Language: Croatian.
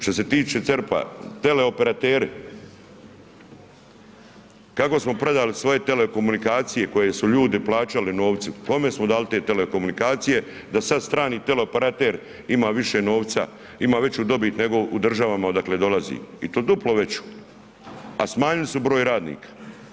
Što se tiče CERP-a, teleoperateri kako smo prodali svoje telekomunikacije koje su ljudi plaćali novcem, kome smo dali te telekomunikacije da sada strani teleoperater ima više novca, ima veću dobit nego u državama odakle dolazi i to duplo veću, a smanjili su broj radnika.